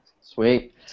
Sweet